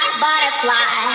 butterfly